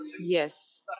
Yes